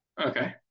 Okay